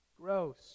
gross